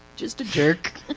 just a jerk.